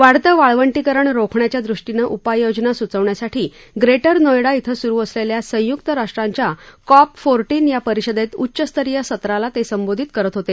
वाढतं वाळवंटीकरण रोखण्याच्या दृष्टीनं उपाययोजना सुचवण्यासाठी ग्रेटर नोएडा शिं सुरु असलेल्या संयुक्त राष्ट्रांच्या कॉप फोर्टिन या परिषदेत उच्चस्तरीय सत्राला ते संबोधित करत होते